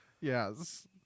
yes